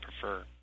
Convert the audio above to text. prefer